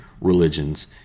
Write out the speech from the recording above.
religions